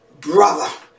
brother